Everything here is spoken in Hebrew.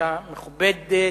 אשה מכובדת,